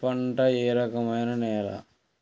ఏ పంటకు ఏ రకమైన నేల?